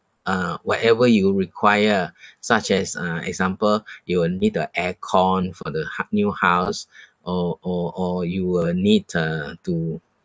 uh whatever you require such as uh example you will need the aircon for the hou~ new house or or or you will need uh to